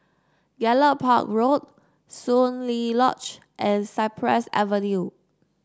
Gallop Park Road Soon Lee Lodge and Cypress Avenue